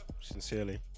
sincerely